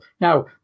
Now